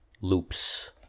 loops